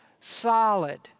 solid